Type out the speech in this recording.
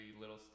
little